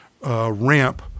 ramp